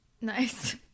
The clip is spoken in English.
Nice